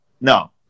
No